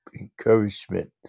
encouragement